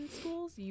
schools